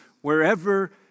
wherever